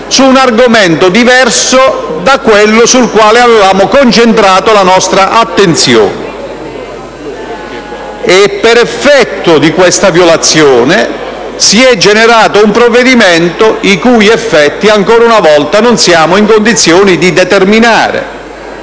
su un argomento diverso da quello sul quale avevamo concentrato la nostra attenzione. A causa di questa violazione, si è generato un provvedimento i cui effetti, ancora una volta, non siamo in condizioni di determinare,